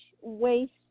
waste